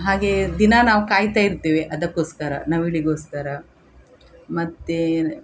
ಹಾಗೆಯೇ ದಿನ ನಾವು ಕಾಯ್ತಾ ಇರ್ತೀವಿ ಅದಕ್ಕೋಸ್ಕರ ನವಿಲಿಗೋಸ್ಕರ ಮತ್ತೇನು